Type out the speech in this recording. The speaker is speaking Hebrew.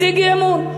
הציג אי-אמון.